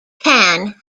can